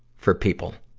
for people.